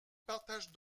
partage